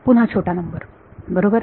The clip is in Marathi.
पुन्हा छोटा नंबर बरोबर